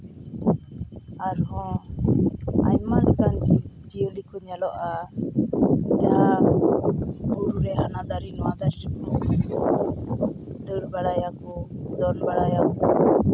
ᱟᱨᱦᱚᱸ ᱟᱭᱢᱟ ᱞᱮᱠᱟᱱ ᱡᱤᱵᱽ ᱡᱤᱭᱟᱹᱞᱤ ᱠᱚ ᱧᱮᱞᱚᱜᱼᱟ ᱩᱱᱠᱩ ᱡᱟᱦᱟᱸ ᱵᱩᱨᱩ ᱨᱮ ᱦᱟᱱᱟ ᱫᱟᱨᱮ ᱱᱚᱣᱟ ᱫᱟᱨᱮ ᱠᱚ ᱫᱟᱹᱲ ᱵᱟᱲᱟᱭᱟᱠᱚ ᱫᱚᱱ ᱵᱟᱲᱟᱭᱟᱠᱚ